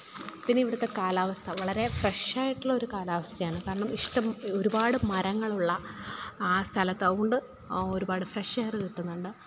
പിന്നിവിടുത്തെ കാലാവസ്ഥ വളരെ ഫ്രഷായിട്ടുള്ളൊരു കാലാവസ്ഥയാണ് കാരണം ഇഷ്ടം ഒരുപാട് മരങ്ങളുള്ള ആ സ്ഥലത്ത് അതുകൊണ്ട് ഒരുപാട് ഫ്രഷ് എയറ് കിട്ടുന്നുണ്ട്